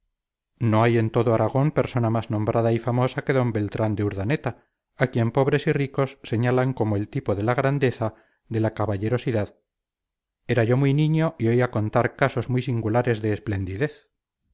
no hay en todo aragón persona más nombrada y famosa que d beltrán de urdaneta a quien pobres y ricos señalan como el tipo de la grandeza de la caballerosidad era yo muy niño y oía contar casos muy singulares de esplendidez